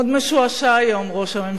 מאוד משועשע היום ראש הממשלה.